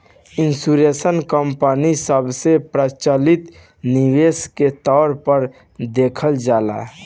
insurance company सबसे प्रचलित निवेश के तौर पर देखल जाला